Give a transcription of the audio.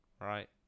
right